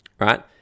right